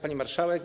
Pani Marszałek!